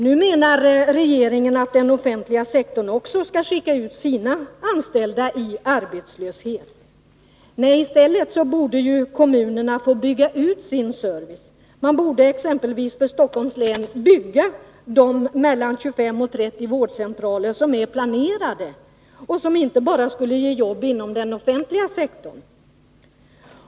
Nu menar regeringen att också den offentliga sektorn skall skicka ut sina anställda i arbetslöshet. I stället borde kommunerna få bygga ut sin service. Man borde exempelvis i Stockholms län bygga de mellan 25 och 30 vårdcentraler som är planerade och som skulle ge jobb inte bara inom den offentliga sektorn.